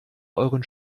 euren